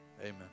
amen